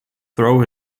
throw